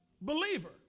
believer